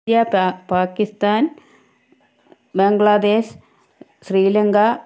Pakistan Bangladesh Sri Lanka